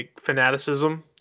fanaticism